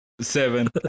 Seven